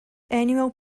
annual